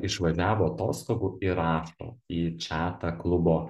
išvažiavo atostogų ir rašo į četą klubo